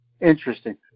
Interesting